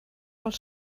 els